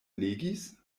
legis